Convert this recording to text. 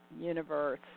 universe